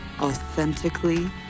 authentically